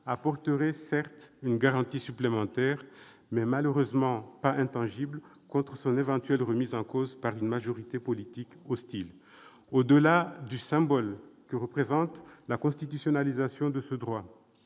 apporterait une garantie supplémentaire- malheureusement pas intangible -contre son éventuelle remise en cause par une majorité politique hostile. Toutefois, au-delà du symbole que représente la constitutionnalisation de ce droit,